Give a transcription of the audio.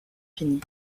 fini